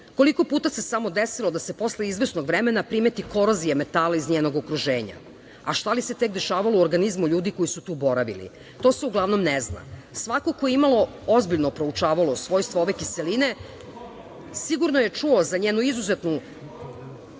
Koliko puta se samo desilo da se posle izvesnog vremena primeti korozija metala iz njenog okruženja, a šta li se tek dešavalo u organizmu ljudi koji su tu boravili, to se uglavnom ne zna. Svako ko je imalo ozbiljno proučavao svojstvo ove kiseline, sigurno je čuo za njen izuzetno